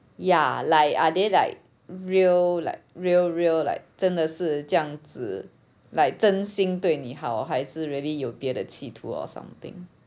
ya like are they like real like real real like 真的是这样子 like 真心对你好还是 really 有别的企图 or something